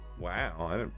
Wow